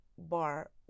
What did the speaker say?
Bar